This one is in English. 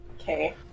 Okay